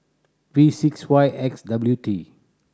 V six Y X W T